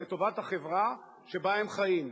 לטובת החברה שבה הם חיים.